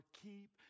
keep